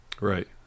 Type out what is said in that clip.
right